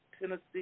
Tennessee